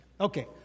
Okay